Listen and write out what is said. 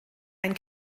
ein